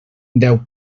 deu